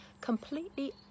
completely